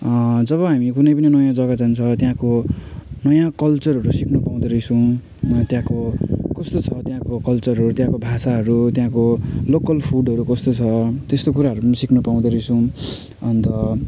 जब हामी कुनै पनि नयाँ जगा जान्छ त्यहाँको नयाँ कल्चरहरू सिक्न पाउँदो रहेछौँ त्यहाँको कस्तो छ त्यहाँको कल्चरहरू त्यहाँको भाषाहरू त्यहाँको लोकल फुडहरू कस्तो छ त्यस्तो कुराहरू सिक्नु पाउँदो रहेछौँ अन्त